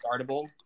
startable